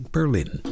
Berlin